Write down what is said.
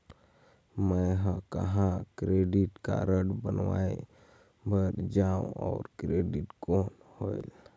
मैं ह कहाँ क्रेडिट कारड बनवाय बार जाओ? और क्रेडिट कौन होएल??